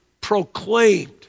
proclaimed